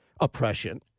oppression